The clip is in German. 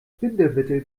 bindemittel